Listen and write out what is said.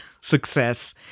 success